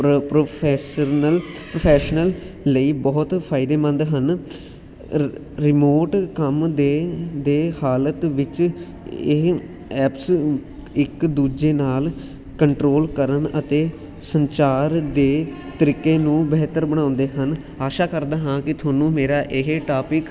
pro professional professional ਲਈ ਬਹੁਤ ਫਾਇਦੇਮੰਦ ਹਨ ਰ ਰਿਮੋਟ ਕੰਮ ਦੇ ਦੇ ਹਾਲਤ ਵਿੱਚ ਇਹ ਐਪਸ ਇੱਕ ਦੂਜੇ ਨਾਲ ਕੰਟਰੋਲ ਕਰਨ ਅਤੇ ਸੰਚਾਰ ਦੇ ਤਰੀਕੇ ਨੂੰ ਬਿਹਤਰ ਬਣਾਉਂਦੇ ਹਨ ਆਸ਼ਾ ਕਰਦਾ ਹਾਂ ਕਿ ਤੁਹਾਨੂੰ ਮੇਰਾ ਇਹ ਟੋਪਿਕ